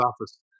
office